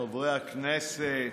חברי הכנסת,